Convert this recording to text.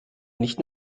nicht